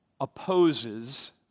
opposes